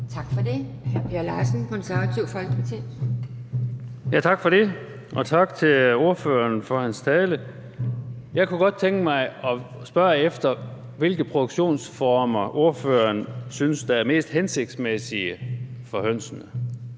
Tak for det. Hr. Per Larsen, Konservative Folkeparti. Kl. 12:32 Per Larsen (KF): Tak for det, og tak til ordføreren for talen. Jeg kunne godt tænke mig at spørge om, hvilke produktionsformer ordføreren synes er mest hensigtsmæssige for hønsene.